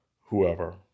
whoever